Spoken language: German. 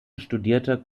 studierte